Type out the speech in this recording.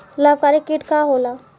लाभकारी कीट का होला?